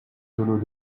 tonneau